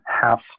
half